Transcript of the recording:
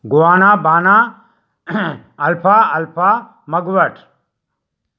Guana बाना अल्फा अल्फा मगुवट